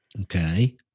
Okay